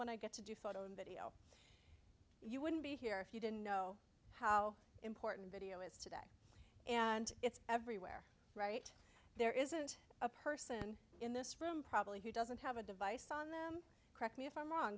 when i get to do photo and video you wouldn't be here if you didn't know how important video and it's everywhere right there isn't a person in this room probably who doesn't have a device on them correct me if i'm wrong